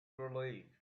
relieved